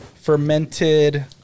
Fermented